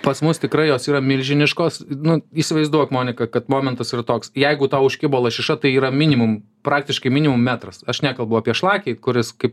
pas mus tikrai jos yra milžiniškos nu įsivaizduok monika kad momentas yra toks jeigu tau užkibo lašiša tai yra minimum praktiškai minimum metras aš nekalbu apie šlakį kuris kaip